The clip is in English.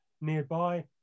nearby